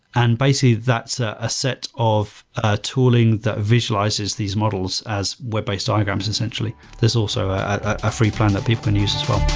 and basically, that's ah a set of ah tooling that visualizes these models as web-based diagrams essentially. there's also a free plan that people can use